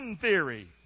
theory